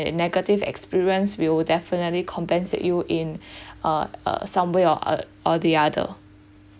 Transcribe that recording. negative experience we will definitely compensate you in uh uh some way or the other